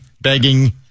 begging